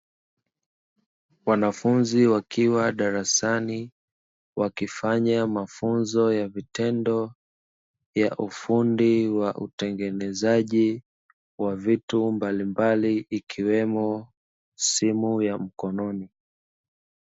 Wanafunzi wakiwa darasani, wakifanya mafunzo ya vitendo ya ufundi wa utengenezaji wa vitu mbalimbali, ikiwemo simu ya mkononi.